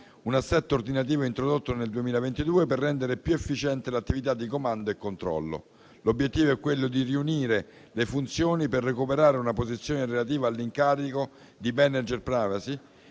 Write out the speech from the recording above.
un assetto ordinativo introdotto nel 2022 per rendere più efficiente l'attività di comando e controllo. L'obiettivo è quello di riunire le funzioni per recuperare una posizione relativa all'incarico di *privacy*